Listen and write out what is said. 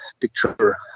picture